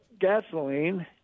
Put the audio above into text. gasoline